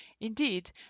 Indeed